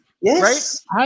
Yes